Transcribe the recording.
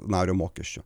nario mokesčio